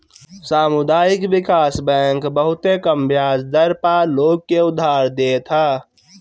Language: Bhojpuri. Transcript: सामुदायिक विकास बैंक बहुते कम बियाज दर पअ लोग के उधार देत हअ